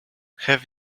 have